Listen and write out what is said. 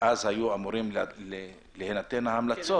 אז היו אמורים להינתן ההמלצות.